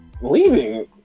leaving